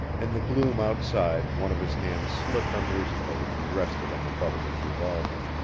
in the gloom outside one of his hands slipped under his coat and rested on the butt of his revolver.